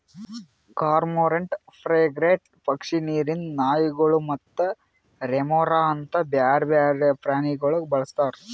cormorant, frigate ಪಕ್ಷಿ, ನೀರಿಂದ್ ನಾಯಿಗೊಳ್ ಮತ್ತ ರೆಮೊರಾ ಅಂತ್ ಬ್ಯಾರೆ ಬೇರೆ ಪ್ರಾಣಿಗೊಳ್ ಬಳಸ್ತಾರ್